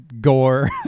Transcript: gore